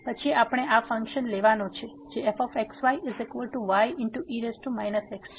તેથી પછી આપણે આ ફંક્શન લેવાનું છે જે fx yye x છે